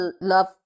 love